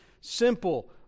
simple